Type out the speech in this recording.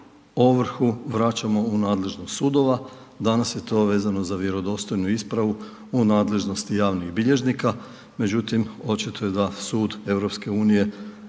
ovrhu vraćamo u nadležnost sudova, danas je to vezano za vjerodostojnu ispravu u nadležnosti javnih bilježnika, međutim očito je da Sud EU